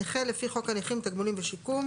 נכה לפי חוק הנכים (תגמולים ושיקום),